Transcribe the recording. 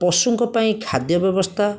ପଶୁଙ୍କ ପାଇଁ ଖାଦ୍ୟ ବ୍ୟବସ୍ଥା